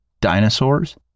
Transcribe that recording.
dinosaurs